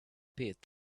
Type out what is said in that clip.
pit